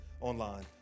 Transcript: online